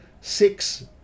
six